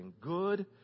good